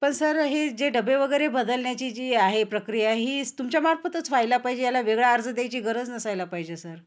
पण सर हे जे डबेवगैरे बदलण्याची जी आहे प्रक्रिया ही तुमच्या मार्फतच व्हायला पाहिजे याला वेगळा अर्ज द्यायची गरज नसायला पाहिजे सर